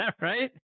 right